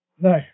No